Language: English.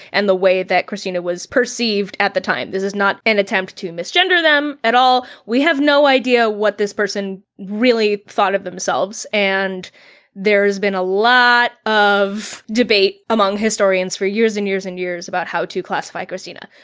and the way that kristina was perceived at the time. this is not an attempt to misgender them at all. we have no idea what this person really thought of themselves, and there's been a lot of debate among historians for years and years and years about how to classify kristina.